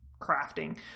crafting